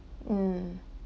mm